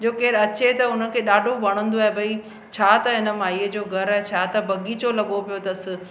जो केरु अचे त हुनखे ॾाढो वणंदो आहे भई छा त हिन माई जो घर आहे छा त बग़ीचो लॻो पियो अथसि